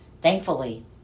Thankfully